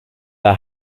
are